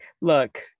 Look